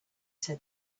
said